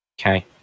Okay